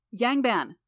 Yangban